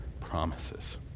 promises